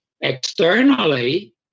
externally